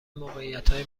موقعیتهای